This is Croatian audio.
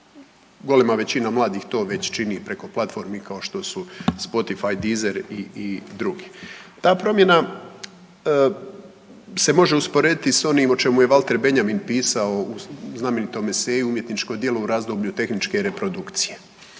Golema većina mladih to već čini preko platformi kao što su Spotify, Deezer i drugi. Ta promjena se može usporediti sa onim o čemu je Walter Benjamin pisao u znamenitom eseju umjetničko djelo u razdoblju tehničke reprodukcije.